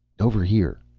over here,